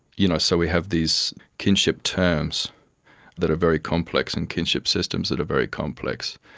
you know so we have these kinship terms that are very complex and kinship systems that are very complex.